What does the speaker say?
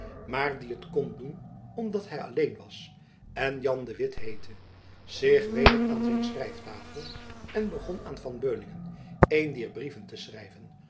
maar die het kon doen omdat hy alleen was en jan de witt heette zich weder aan zijn schrijftafel en begon aan van beuningen een dier brieven te schrijven